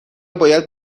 باید